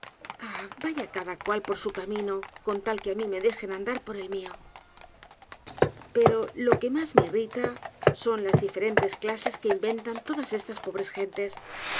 vaya cada cual por su camino con tal que á mí me dejen andar por el mió pero lo que mas me irrita son las diferentes clases que inventan todas estas pobres gentes